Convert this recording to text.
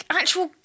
actual